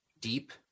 deep